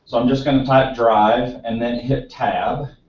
i'm just going to type drive and then hit tab.